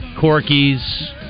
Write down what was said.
Corky's